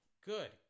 good